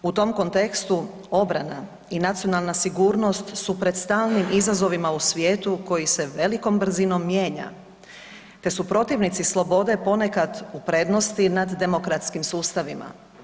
U tom kontekstu obrana i nacionalna sigurnost su pred stalnim izazovima u svijetu koji se velikom brzinom mijenja te su protivnici slobode ponekad u prednosti nad demokratskim sustavima.